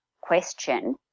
question